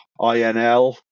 INL